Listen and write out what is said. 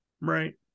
right